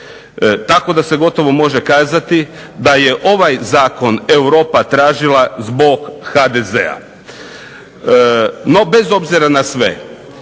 Tako da se gotovo može kazati da je ovaj zakon Europa tražila zbog HDZ-a. No bez obzira na sve,